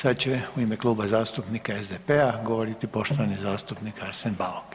Sad će u ime Kluba zastupnika SDP-a govoriti poštovani zastupnik Arsen Bauk.